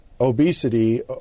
obesity